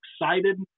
excited